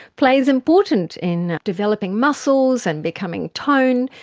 play is important in developing muscles and becoming toned.